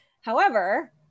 However-